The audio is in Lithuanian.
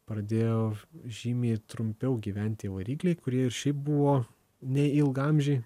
pradėjo žymiai trumpiau gyvent tie varikliai kurie ir šiaip buvo neilgaamžiai